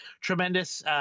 tremendous